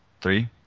Three